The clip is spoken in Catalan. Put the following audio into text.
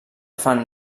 fan